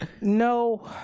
No